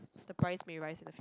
the price may rise in the